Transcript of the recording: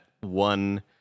one